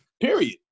Period